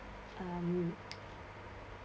um